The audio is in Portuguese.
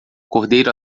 cordeiro